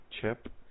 chip